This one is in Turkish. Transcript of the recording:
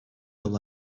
yol